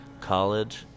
college